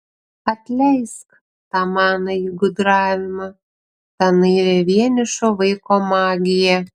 atleisk tą manąjį gudravimą tą naivią vienišo vaiko magiją